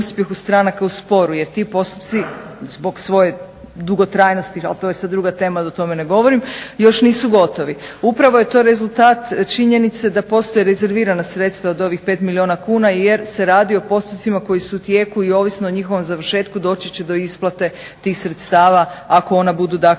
uspjehu stranaka u sporu jer ti postupci zbog svoje dugotrajnosti, ali to je sad druga tema, da o tome ne govorim, još nisu gotovi. Upravo je to rezultat činjenice da postoje rezervirana sredstva od ovih 5 milijuna kuna jer se radi o postupcima koji su u tijeku i ovisno o njihovom završetku doći će do isplate tih sredstava ako ona budu dakle u